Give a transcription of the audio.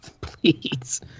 Please